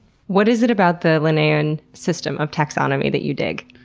what is it about the linnaean system of taxonomy that you dig?